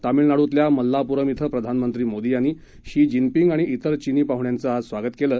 तामिळनाडूतल्या मल्लापूरम इथं प्रधानमंत्री मोदी यांनी शी जिनपिंग आणि इतर चिनी पाहुण्यांचं आज स्वागत केलं